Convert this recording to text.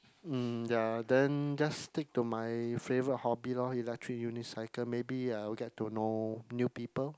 mm ya then just stick to my favourite hobby lor electric unicycle maybe I will get to know new people